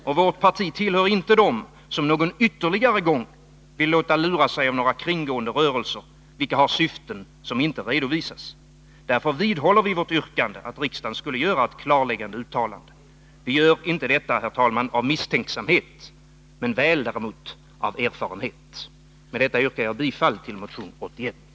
Och vårt parti tillhör inte dem som någon ytterligare gång vill låta lura sig av några kringgående rörelser, vilka har syften som inte redovisas. Därför vidhåller vi vårt yrkande, att riksdagen skall göra ett klarläggande uttalande. Vi gör inte detta, herr talman, av misstänksamhet men väl av erfarenhet. Med detta yrkar jag bifall till motion 81.